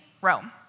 Rome